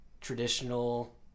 traditional